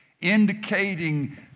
indicating